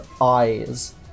eyes